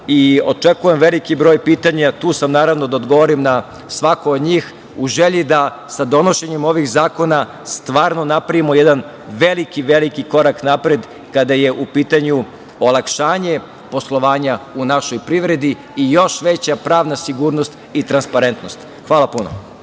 i očekujem veliki broj pitanja. Tu sam da odgovorim na svako od njih u želji da sa donošenjem ovih zakona stvarno napravimo jedan veliki korak napred kada je u pitanju olakšanje poslovanja u našoj privredi i još veća pravna sigurnost i transparentnost. Hvala puno.